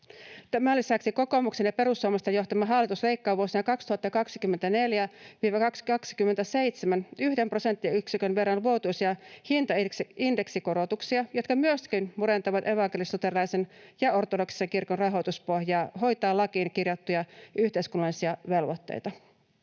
Tämän lisäksi kokoomuksen ja perussuomalaisten johtama hallitus leikkaa vuosina 2024—2027 yhden prosenttiyksikön verran vuotuisia hintaindeksikorotuksia, jotka myöskin murentavat evankelis-luterilaisen ja ortodoksisen kirkon rahoituspohjaa hoitaa lakiin kirjattuja yhteiskunnallisia velvoitteita.